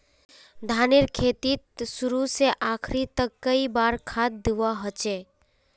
धानेर खेतीत शुरू से आखरी तक कई बार खाद दुबा होचए?